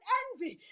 envy